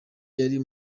yari